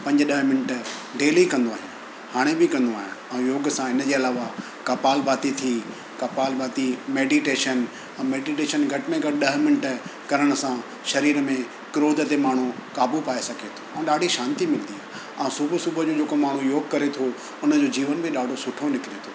पंज ॾह minute daily कंदो आहियां हाणे बि कंदो आहियां ऐं योग सां इनजे अलावा कपाल भाती थी कपाल भाती मैडिटेशन ऐं मैडिटेशन घटि में घटि ॾह मिंट करण सां शरीर में क्रोध ते माण्हू काबू पाए सघे थो ऐं ॾाढी शांती मिलंदी आहे ऐं सुबुह सुबुह जो जेको माण्हू योग करे थो हुनजो जीवन में ॾाढो सुठो निकिरे थो